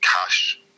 cash